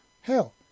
Hell